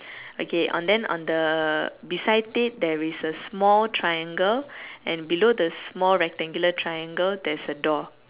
okay on then on the beside it there is a small triangle and below the small rectangular triangle there is a door